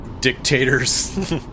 dictator's